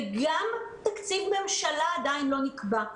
וגם תקציב ממשלה עדיין לא נקבע.